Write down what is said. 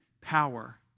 power